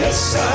Yes